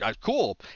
cool